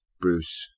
Bruce